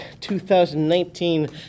2019